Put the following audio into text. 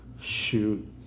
shoot